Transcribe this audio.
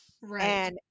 Right